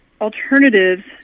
alternatives